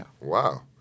Wow